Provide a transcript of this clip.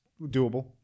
doable